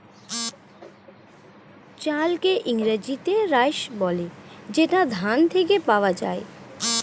চালকে ইংরেজিতে রাইস বলে যেটা ধান থেকে পাওয়া যায়